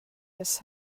miss